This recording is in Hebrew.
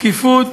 בתקיפות